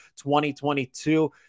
2022